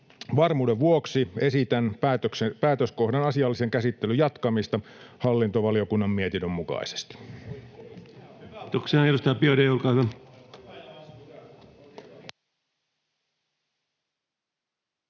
varmuuden vuoksi esitän päätöskohdan asiallisen käsittelyn jatkamista hallintovaliokunnan mietinnön mukaisesti.